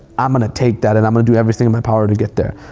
i'm gonna take that and i'm gonna do everything in my power to get there.